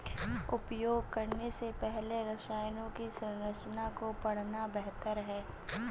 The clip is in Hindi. उपयोग करने से पहले रसायनों की संरचना को पढ़ना बेहतर है